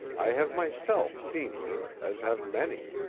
i have myself seen her, as have many.